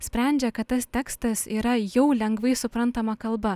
sprendžia kad tas tekstas yra jau lengvai suprantama kalba